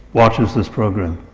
watches this program,